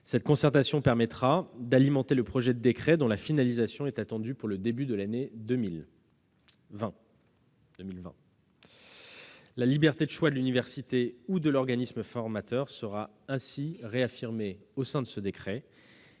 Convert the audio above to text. Cette concertation permettra d'alimenter le projet de décret dont la finalisation est attendue pour le début de l'année 2020. La liberté de choix de l'université ou de l'organisme formateur sera réaffirmée dans ce décret.